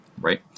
right